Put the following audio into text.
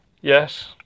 yes